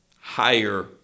higher